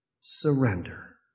surrender